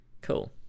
cool